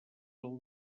del